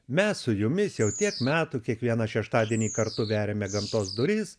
mes su jumis jau tiek metų kiekvieną šeštadienį kartu veriame gamtos duris